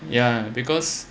ya because